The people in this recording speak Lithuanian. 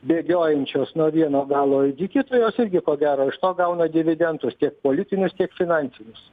bėgiojančios nuo vieno galo ligi kito jos irgi ko gero iš to gauna dividendus tiek politinius tiek finansinius